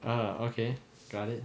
err okay got it